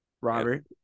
Robert